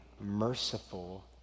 merciful